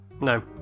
No